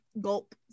gulp